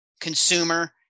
consumer